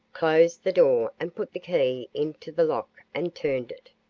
closed the door and put the key into the lock and turned it.